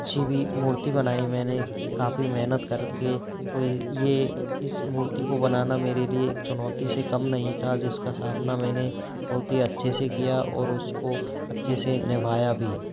अच्छी भी मूर्ति बनाई मैंने काफ़ी मेहनत करके तो ये इस मूर्ति को बनाना मेरे लिए एक चुनौती से कम नहीं था जिसका सामना मैंने बहुत ही अच्छे से किया और उसको अच्छे से निभाया भी